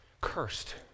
cursed